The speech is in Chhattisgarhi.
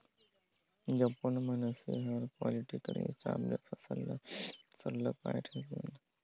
जब कोनो मइनसे हर क्वालिटी कर हिसाब ले फसल ल सरलग छांएट निमाएर के कोनो जाएत ल बेंचथे ता सुग्घर ले हालु उठे लगथे